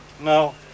No